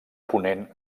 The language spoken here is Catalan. ponent